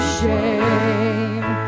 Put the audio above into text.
shame